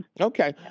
Okay